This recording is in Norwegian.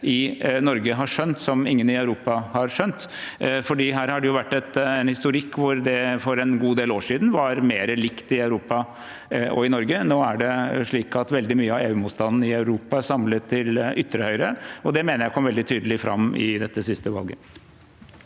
i Norge har skjønt som ingen i Europa har skjønt? Her har det jo vært en historikk hvor det for en god del år siden var mer likt i Europa og i Norge. Nå er det slik at veldig mye av EU-motstanden i Europa er samlet hos ytre høyre, og det mener jeg kom veldig tydelig fram i dette siste valget.